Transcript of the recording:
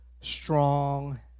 strong